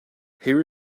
here